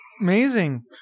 amazing